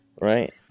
right